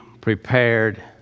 prepared